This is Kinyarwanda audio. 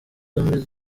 zombi